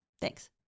Thanks